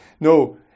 No